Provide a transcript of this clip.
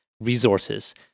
resources